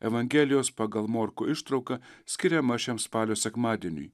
evangelijos pagal morkų ištrauka skiriama šiam spalio sekmadieniui